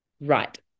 right